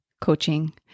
coaching